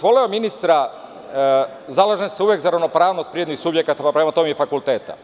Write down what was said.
Voleo bih i zalažem se za ravnopravnost privrednih subjekata, pa prema tome i fakulteta.